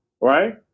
Right